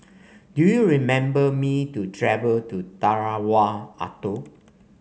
do you remember me to travel to Tarawa Atoll